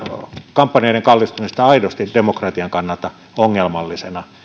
kampanjoiden kallistumista aidosti demokratian kannalta ongelmallisena